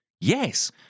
yes